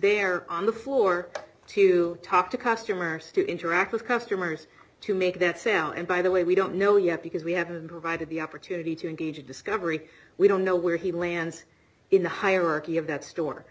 there on the floor to talk to customers to interact with customers to make that sound and by the way we don't know yet because we have a good bye to the opportunity to engage discovery we don't know where he lands in the hierarchy of that store